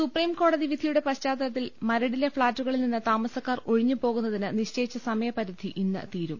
supreme കോടതി വിധിയുടെ പശ്ചാത്ത ലത്തിൽ മരടിലെ ഫ്ളാറ്റു കളിൽ നിന്ന് താമ സ ക്കാർ ഒഴിഞ്ഞു പോകുന്നതിന് നിശ്ചയിച്ച സമയപരിധി ഇന്ന് തീരും